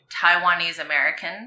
Taiwanese-American